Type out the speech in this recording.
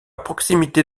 proximité